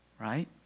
right